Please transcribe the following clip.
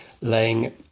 laying